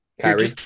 Kyrie